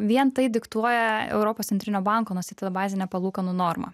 vien tai diktuoja europos centrinio banko nustatyta bazinė palūkanų norma